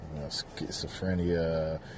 Schizophrenia